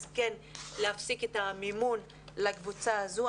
אז כן להפסיק את המימון לקבוצה הזו.